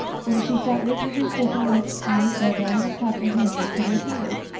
when she sat rigidly stiff and motionless while diana clapped her hands until they tingled.